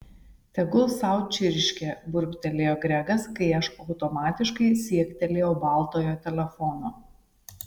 tegul sau čirškia burbtelėjo gregas kai aš automatiškai siektelėjau baltojo telefono